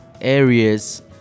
areas